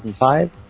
2005